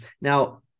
Now